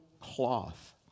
cloth